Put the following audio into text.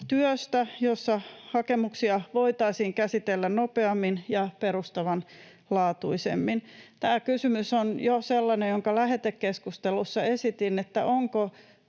työstä, jolla hakemuksia voitaisiin käsitellä nopeammin ja perustavanlaatuisemmin. Tässä kysymys, jonka jo lähetekeskustelussa esitin, on se, onko